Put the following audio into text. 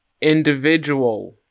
individual